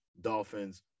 Dolphins